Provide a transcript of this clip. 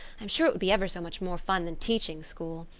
i'm sure it would be ever so much more fun than teaching school.